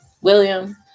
William